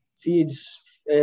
feeds